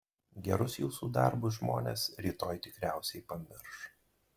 gerus jūsų darbus žmonės rytoj tikriausiai pamirš